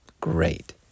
Great